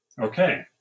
okay